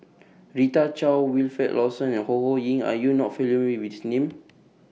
Rita Chao Wilfed Lawson and Ho Ho Ying Are YOU not familiar with These Names